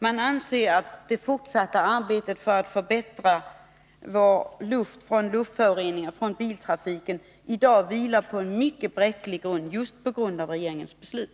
Man anser att det fortsatta arbetet för att förbättra vår luft genom att minska föroreningarna från biltrafiken i dag vilar på en mycket bräcklig grund, just till följd av regeringens beslut.